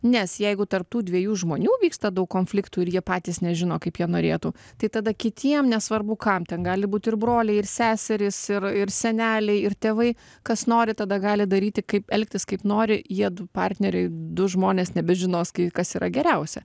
nes jeigu tarp tų dviejų žmonių vyksta daug konfliktų ir jie patys nežino kaip jie norėtų tai tada kitiem nesvarbu kam ten gali būti ir broliai ir seserys ir ir seneliai ir tėvai kas nori tada gali daryti kaip elgtis kaip nori jiedu partneriai du žmonės nebežinos kai kas yra geriausia